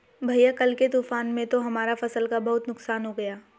भैया कल के तूफान में तो हमारा फसल का बहुत नुकसान हो गया